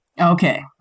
Okay